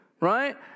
right